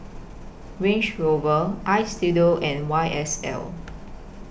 Range Rover Istudio and Y S L